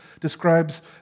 describes